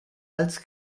als